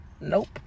Nope